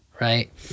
right